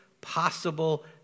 possible